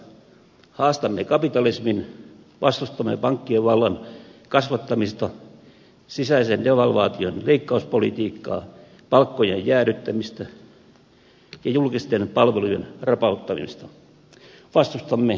haastamme kapitalismin vastustamme pankkien vallan kasvattamista sisäisen devalvaation leikkauspolitiikkaa palkkojen jäädyttämistä ja julkisten palvelujen rapauttamista